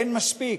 אין מספיק,